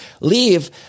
leave